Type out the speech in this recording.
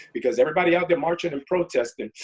because everybody out there marching and protesting,